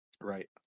Right